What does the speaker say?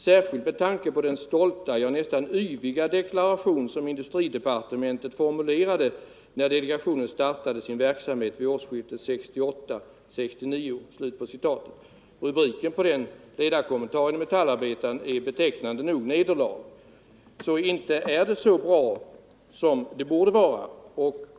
Särskilt med tanke på den stolta, ja nästan yviga, deklaration som industridepartementet formulerade när delegationen startade sin verksamhet vid årsskiftet 1968/69.” Rubriken på den ledarkommentaren i Metallarbetaren är betecknande nog ”Nederlag”. Det är alltså inte så bra som det borde vara.